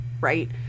Right